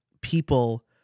people